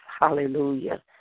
Hallelujah